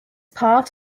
part